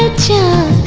to